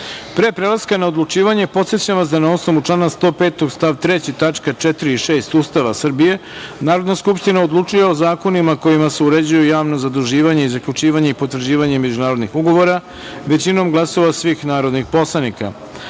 prelaska na odlučivanje, podsećam vas da, na osnovu člana 105. stav 3. tačke 4. i 6. Ustava Srbije, Narodna skupština odlučuje o zakonima kojima se uređuje javno zaduživanje i zaključivanje i potvrđivanje međunarodnih ugovora većinom glasova svih narodnih poslanika. Stavljam